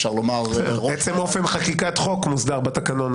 עצם אופן חקיקת חוק מוסדר בתקנון.